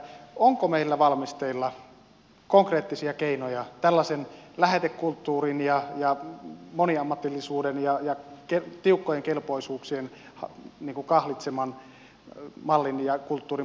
onko meillä valmisteilla konkreettisia keinoja tällaisen lähetekulttuurin moniammatillisuuden ja tiukkojen kelpoisuuksien kahlitseman mallin ja kulttuurin purkamiseksi